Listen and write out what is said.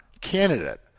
candidate